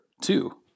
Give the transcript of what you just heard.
two